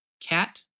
Cat